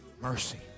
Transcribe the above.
mercy